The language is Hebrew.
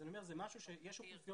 יש אוכלוסיות